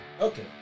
Okay